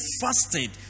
fasted